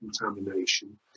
contamination